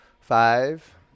Five